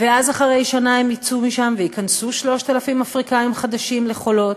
ואז אחרי שנה הם יצאו משם וייכנסו 3,000 אפריקנים חדשים ל"חולות",